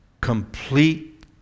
complete